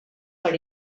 per